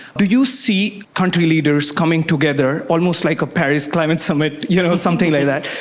do you see country leaders coming together, almost like a paris climate summit, you know something like that,